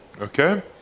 Okay